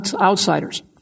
outsiders